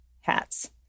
hats